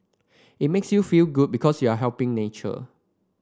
it makes you feel good because you are helping nature